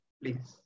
please